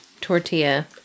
tortilla